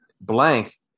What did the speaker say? Blank